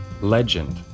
legend